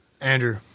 Andrew